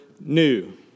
new